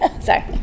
Sorry